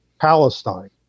Palestine